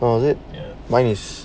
oh is it mine is